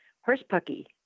horse-pucky